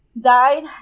died